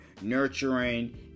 nurturing